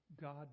God